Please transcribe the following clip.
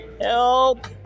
help